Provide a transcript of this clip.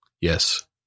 Yes